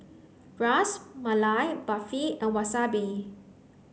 Ras Malai Barfi and wasabi